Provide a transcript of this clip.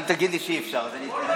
אם תגידו לי שאי-אפשר אז אני אתנגד.